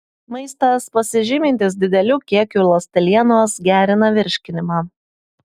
maistas pasižymintis dideliu kiekiu ląstelienos gerina virškinimą